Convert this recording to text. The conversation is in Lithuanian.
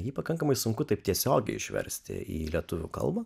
jį pakankamai sunku taip tiesiogiai išversti į lietuvių kalbą